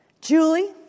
Julie